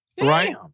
right